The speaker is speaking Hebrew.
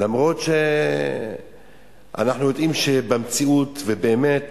למרות שאנחנו יודעים שבמציאות ובאמת